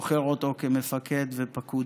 זוכר אותו כמפקד ופקוד.